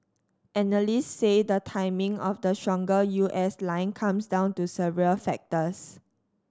analyst say the timing of the stronger U S line comes down to several factors